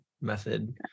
method